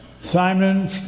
Simon